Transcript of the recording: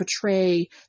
portray